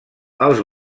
els